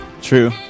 True